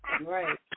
Right